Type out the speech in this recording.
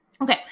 Okay